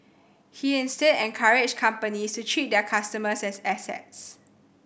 he instead encouraged companies to treat their customers as assets